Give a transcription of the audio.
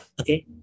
Okay